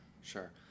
sure